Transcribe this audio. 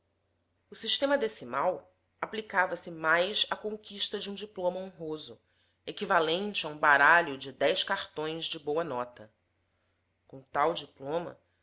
o sistema decimal aplicava se mais à conquista de um diploma honroso equivalente a um baralho de dez cartões de boa nota com tal diploma